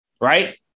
right